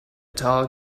tall